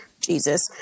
Jesus